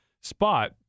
spot